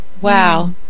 Wow